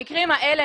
המקרים האלה,